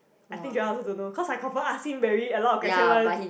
I think Joel also don't know cause I confirm ask him very a lot of question one